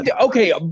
Okay